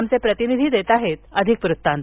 आमचे प्रतिनिधी देत आहेत अधिक वृत्तांत